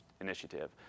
initiative